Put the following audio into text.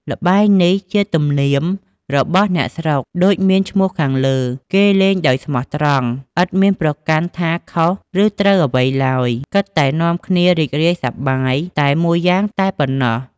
ល្បែងនេះ ជាទំនៀមរបស់អ្នកស្រុក ដូចមានឈ្មាះខាងលើ គេលេងដោយស្មោះត្រង់ ឥតមានប្រកាន់ថាខុសឬត្រូវអ្វីឡើយ គិតតែនាំគ្នារីករាយសប្បាយតែមួយយ៉ាងតែប៉ុណ្ណោះ។